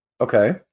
Okay